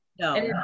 no